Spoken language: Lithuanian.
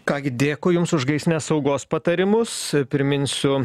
ką gi dėkui jums už gaisrinės saugos patarimus priminsiu